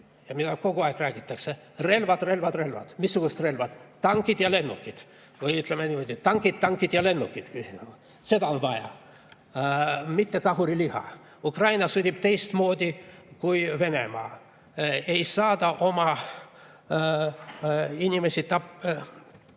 millest kogu aeg räägitakse: relvad, relvad, relvad. Missugused relvad? Tankid ja lennukid. Või ütleme niimoodi: tankid, tankid ja lennukid. Seda on vaja, mitte kahuriliha. Ukraina sõdib teistmoodi kui Venemaa, ta ei saada oma inimesi